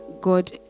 God